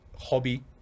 hobby